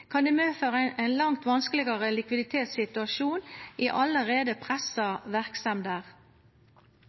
kan det medføra ein langt vanskelegare likviditetssituasjon i allereie pressa verksemder.